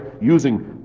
using